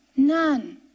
None